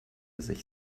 sich